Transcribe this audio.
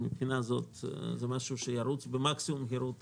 מן הבחינה הזאת, זה דבר שירוץ במקסימום המהירות